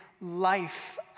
life